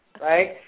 right